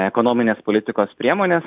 ekonominės politikos priemones